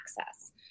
access